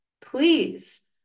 please